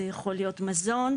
זה יכול להיות מזון,